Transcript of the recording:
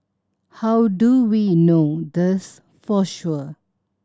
how do we know this for sure